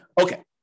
Okay